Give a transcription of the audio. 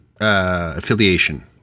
affiliation